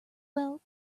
belt